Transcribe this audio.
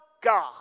God